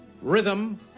rhythm